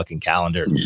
calendar